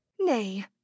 nay